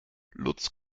lutz